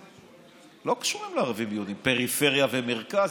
שלא קשורים לערבים ויהודים: פריפריה ומרכז,